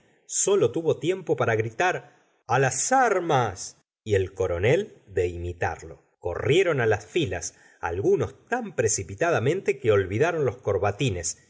sólo tuvo tiempo para gritar á las armas y el coronel de imitarlo corrieron á las filas algunos tan la señora de boyare gustavo flaubert precipitadamente que olvidaron los corbatines